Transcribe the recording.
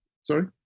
sorry